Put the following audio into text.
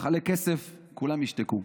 נחלק כסף, כולם ישתקו.